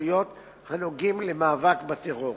והסמכויות הנוגעים למאבק בטרור.